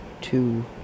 two